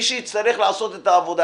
הם יצטרכו לעשות את העבודה